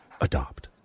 Adopt